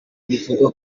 bivugwa